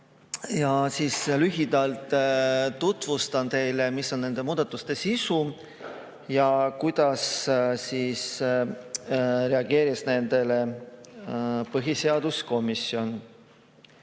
muudatusi. Lühidalt tutvustan teile, mis on nende muudatuste sisu ja kuidas reageeris nendele põhiseaduskomisjon.